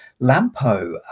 Lampo